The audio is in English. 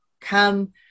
come